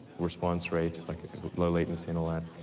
response rate, like low latency and all that,